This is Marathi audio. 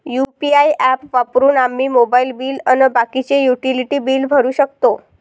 यू.पी.आय ॲप वापरून आम्ही मोबाईल बिल अन बाकीचे युटिलिटी बिल भरू शकतो